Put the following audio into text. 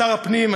שר הפנים,